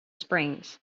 springs